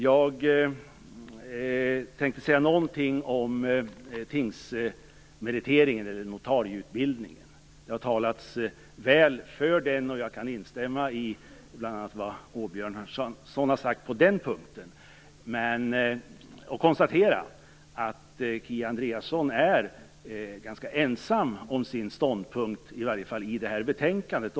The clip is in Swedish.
Jag tänkte säga någonting om notarieutbildningen, tingsmeriteringen. Det har talats väl för den, och jag kan instämma i vad bl.a. Åbjörnsson sagt på den punkten. Kia Andreasson är ganska ensam om sin ståndpunkt, i varje fall i detta betänkande.